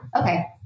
Okay